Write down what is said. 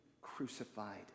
crucified